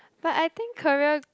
but I think career